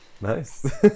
Nice